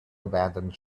abandoned